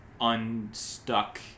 unstuck